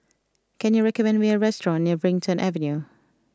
can you recommend me a restaurant near Brighton Avenue